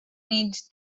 need